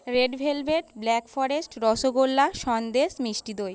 red velvet black forest rasgulla sandesh মিষ্টি দই